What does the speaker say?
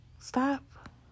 stop